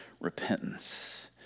repentance